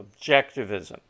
objectivism